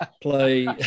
play